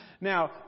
Now